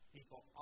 People